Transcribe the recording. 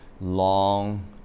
long